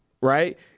right